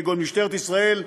כגון משטרת ישראל,